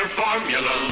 formula